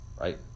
right